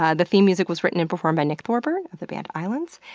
ah the theme music was written and performed by nick thorburn of the band islands.